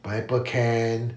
pineapple can